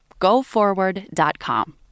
GoForward.com